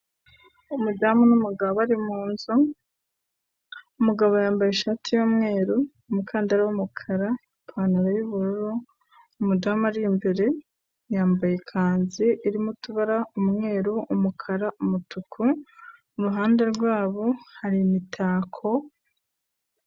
Umudamu n'umugabo bari mu nzu, umugabo yambaye ishati y'umweru, umukandara w'umukara ipantaro y'ubururu, umudamu ari imbere yambaye ikanzu irimo utubara: umweru, umukara, umutuku, mu ruhande rwabo hari imitako,,,